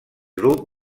grup